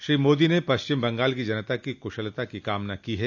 श्री मोदी ने पश्चिम बंगाल की जनता की कुशलता की कामना की है